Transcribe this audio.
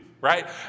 right